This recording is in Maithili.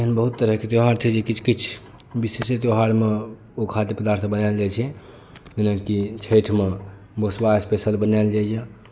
एहन बहुत तरहके त्यौहार छै जे किछु किछु विशेषे त्यौहारमे ओ खाद्य पदार्थ बनायल जाइत छै जेनाकि छठिमे भुसबा स्पेशल बनायल जाइए